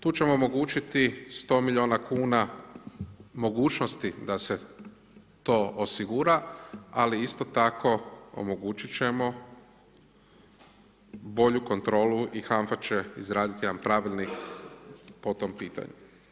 Tu ćemo omogućiti 100 milijuna kuna mogućnosti da se to osigura ali isto tako omogućiti ćemo bolju kontrolu i HANF-a će izraditi jedan pravilnik po tom pitanju.